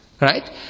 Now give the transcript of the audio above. right